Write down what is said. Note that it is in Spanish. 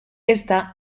esta